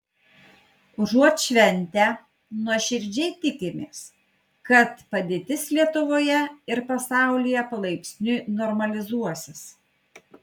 užuot šventę nuoširdžiai tikimės kad padėtis lietuvoje ir pasaulyje palaipsniui normalizuosis